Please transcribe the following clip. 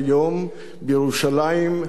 בירושלים המאוחדת,